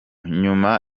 nyuma